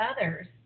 others